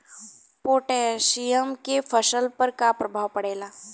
Potassium के फसल पर का प्रभाव पड़ेला?